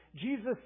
Jesus